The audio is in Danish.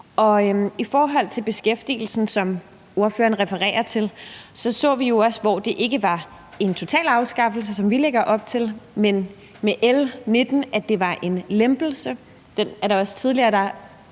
I forhold til beskæftigelsen, som ordføreren refererer til, så vi jo også i L 19, at det ikke var en total afskaffelse, som den, vi lægger op til, men at det var en lempelse – den er der også andre der